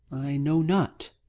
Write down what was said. i know not,